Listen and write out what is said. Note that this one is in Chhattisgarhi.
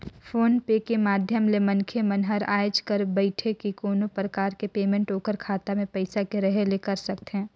फोन पे के माधियम ले मनखे मन हर आयज घर बइठे ही कोनो परकार के पेमेंट ओखर खाता मे पइसा के रहें ले कर सकथे